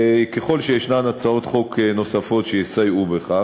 וככל שיש הצעות חוק נוספות שיסייעו בכך,